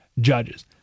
judges